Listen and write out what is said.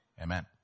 Amen